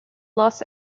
loss